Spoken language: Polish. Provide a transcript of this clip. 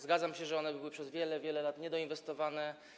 Zgadzam się, że one były przez wiele, wiele lat niedoinwestowane.